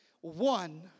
One